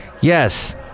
yes